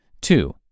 Two